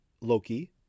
Loki